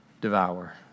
devour